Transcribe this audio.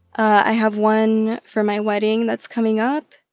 i have one for my wedding that's coming up.